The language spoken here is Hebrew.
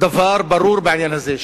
דבר ברור בעניין הזה,